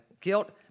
guilt